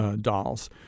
Dolls